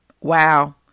Wow